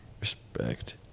Respect